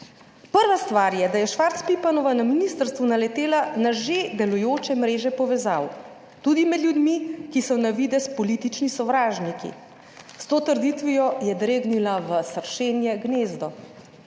Prva stvar je, da je Švarc Pipanova na ministrstvu naletela na že delujoče mreže povezav, tudi med ljudmi, ki so na videz politični sovražniki. S to trditvijo je dregnila v sršenje gnezdo.